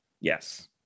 Yes